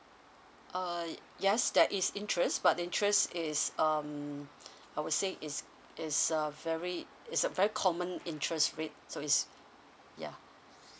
uh yes there is interest but the interest is um I would say is is a very is a very common interest rate so is yeah